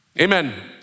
amen